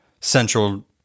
central